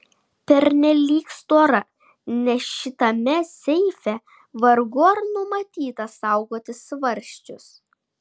pernelyg stora nes šitame seife vargu ar numatyta saugoti svarsčius